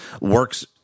works